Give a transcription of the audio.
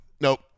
Nope